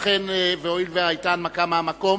הואיל והיתה הנמקה מהמקום,